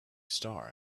star